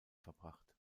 verbracht